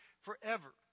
forever